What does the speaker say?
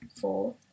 four